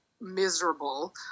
miserable